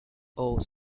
owe